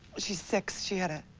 she's six. she had a.